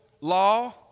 law